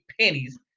pennies